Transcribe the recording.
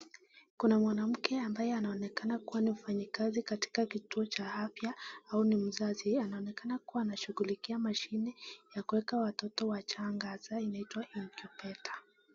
Kuna mwanamke ambaye anaonekana kuwa ni mfanyakazi katika kituo cha afya au ni mzazi. Anaonekana kuwa anashughulikia mashine ya kuweka watoto wachanga, inaitwa incubator .